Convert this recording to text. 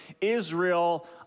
Israel